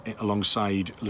alongside